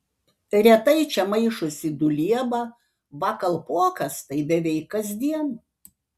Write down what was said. retai čia maišosi dulieba va kalpokas tai beveik kasdien